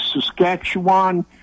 Saskatchewan